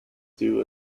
due